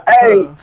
Hey